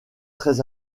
très